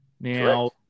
Now